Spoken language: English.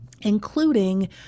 including